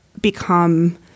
become